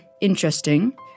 interesting